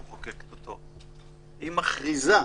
היא מכריזה,